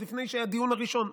עוד לפני שהיה הדיון הראשון,